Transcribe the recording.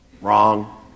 wrong